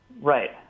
Right